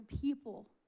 people